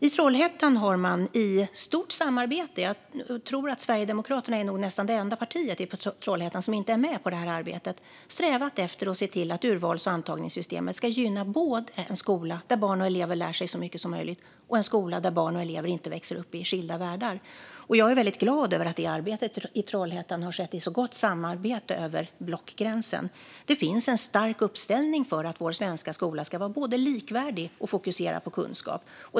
I Trollhättan har man i ett stort samarbete - jag tror att Sverigedemokraterna är det enda partiet i Trollhättan som inte är med i samarbetet - strävat efter att se till att urvals och antagningssystemet ska gynna både en skola där barn och elever lär sig så mycket som möjligt och en skola där barn och elever inte växer upp i skilda världar. Jag är väldigt glad över att arbetet i Trollhättan har skett i så gott samarbete över blockgränsen. Det finns en stark uppslutning kring att vår svenska skola ska både vara likvärdig och fokusera på kunskap.